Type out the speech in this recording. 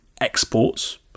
Exports